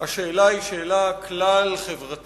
השאלה היא שאלה כלל-חברתית,